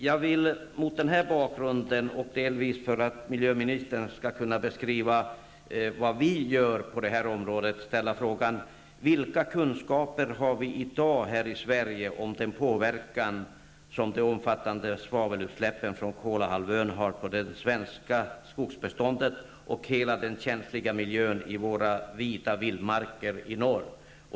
Jag vill mot denna bakgrund och för att miljöministern skall kunna beskriva vad vi gör på det här området fråga: Vilka kunskaper har vi i dag här i Sverige om den påverkan som de omfattande svavelutsläppen från Kolahalvön har på det svenska skogsbeståndet och hela den känsliga miljön i våra vida vildmarker i norr?